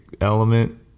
element